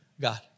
God